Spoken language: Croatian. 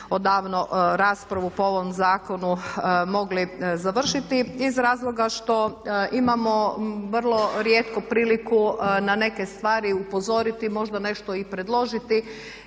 odavno raspravu po ovom zakonu mogli završiti iz razloga što imamo vrlo rijetku priliku na neke stvari upozoriti, možda nešto i predložiti.